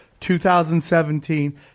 2017